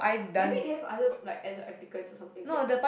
maybe they have other like appli~ applicants or something that